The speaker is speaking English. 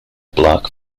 black